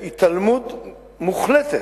והתעלמות מוחלטת,